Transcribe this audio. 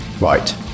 right